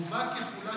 התוכנית רובה ככולה